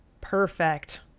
perfect